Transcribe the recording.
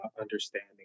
understanding